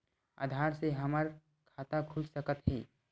आधार से हमर खाता खुल सकत हे?